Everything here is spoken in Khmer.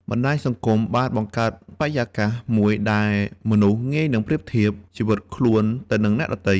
បណ្តាញសង្គមបានបង្កើតបរិយាកាសមួយដែលមនុស្សងាយនឹងប្រៀបធៀបជីវិតរបស់ខ្លួនទៅនឹងអ្នកដទៃ។